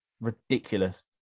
ridiculous